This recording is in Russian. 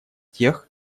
тех